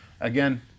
Again